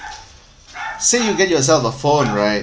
say you get yourself a phone right